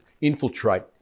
infiltrate